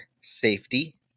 safety